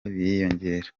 biriyongera